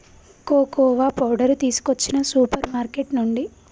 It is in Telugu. కోకోవా పౌడరు తీసుకొచ్చిన సూపర్ మార్కెట్ నుండి